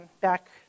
back